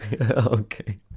Okay